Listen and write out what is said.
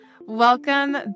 Welcome